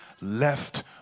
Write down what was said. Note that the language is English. left